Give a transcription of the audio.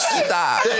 stop